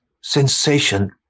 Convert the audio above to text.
sensation